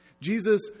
Jesus